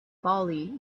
bali